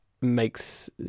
makes